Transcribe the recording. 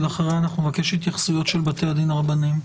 ולאחריה אנחנו נבקש התייחסויות של בתי הדין הרבניים.